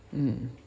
mm